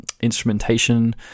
instrumentation